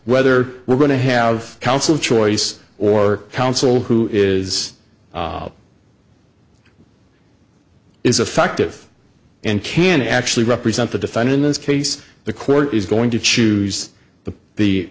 whether we're going to have counsel choice or counsel who is is affective and can actually represent the define in this case the court is going to choose the the